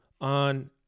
on